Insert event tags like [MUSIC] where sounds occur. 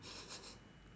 [LAUGHS]